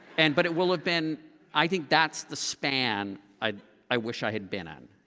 and but it will have been i think that's the span i i wish i had been on.